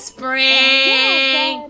Spring